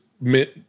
meant